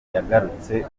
yagarutse